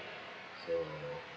so